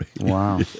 Wow